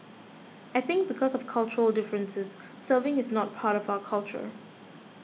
I think because of cultural differences serving is not part of our culture